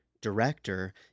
director